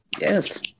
Yes